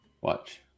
Watch